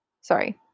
sorry